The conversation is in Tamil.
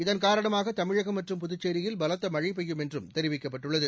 இதன்காரணமாக தமிழகம் மற்றம் புதுச்சேரியில் பலத்த மழை பெய்யும் என்று தெரிவிக்கப்பட்டுள்ளது